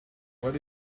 what